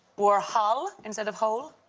warhol instead of hole.